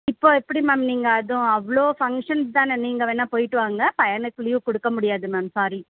இப்போது எப்படி மேம் நீங்கள் அதுவும் அவ்வளோ ஃபங்க்ஷன்ஸ் தானே நீங்கள் வேணுனா போய்ட்டு வாங்க பையனுக்கு லீவ் கொடுக்க முடியாது மேம் சாரி